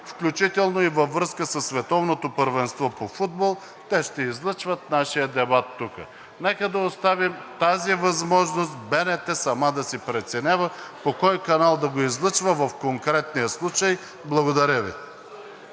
включително и във връзка със Световното първенство по футбол, те ще излъчват нашия дебат тук. Нека да оставим тази възможност БНТ сама да си преценява по кой канал да го излъчва в конкретния случай. Благодаря Ви.